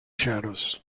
shadows